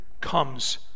comes